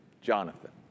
Jonathan